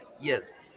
Yes